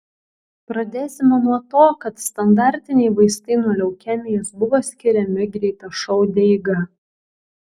pradėsime nuo to kad standartiniai vaistai nuo leukemijos buvo skiriami greitašaude eiga